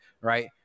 right